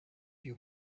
you